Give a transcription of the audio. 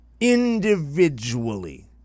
Individually